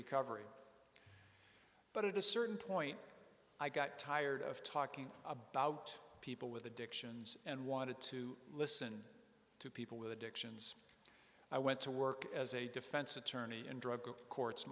recovery but it is certain point i got tired of talking about people with addictions and wanted to listen to people with addictions i went to work as a defense attorney in drug courts